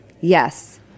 Yes